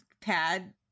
pad